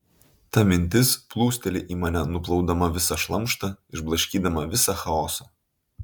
ta mintis plūsteli į mane nuplaudama visą šlamštą išblaškydama visą chaosą